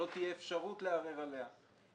שלא תהיה אפשרות לערער עליה,